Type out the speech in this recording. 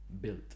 built